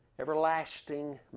everlasting